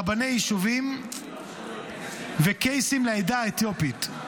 רבני ישובים וקייסים לעדה האתיופית.